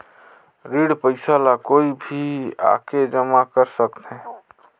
ऋण पईसा ला कोई भी आके जमा कर सकथे?